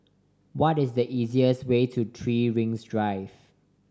what is the easiest way to Three Rings Drive